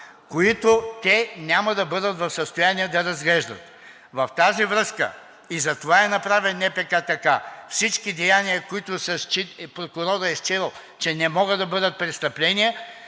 които те няма да бъдат в състояние да разглеждат. В тази връзка и затова е направен НПК така – всички деяния, които прокурорът е счел, че не могат да бъда престъпления,